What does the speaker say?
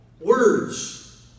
words